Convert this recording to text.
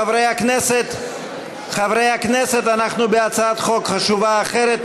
חברי הכנסת, אנחנו בהצעת חוק חשובה אחרת.